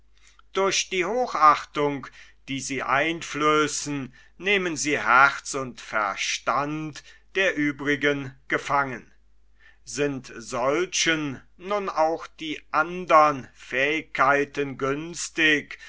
durch die hochachtung die sie einflößen nehmen sie herz und verstand der uebrigen gefangen sind solchen nun auch die andern fähigkeiten günstig